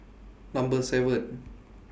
Number seven